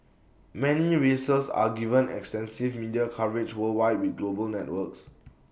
many races are given extensive media coverage worldwide with global networks